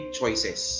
choices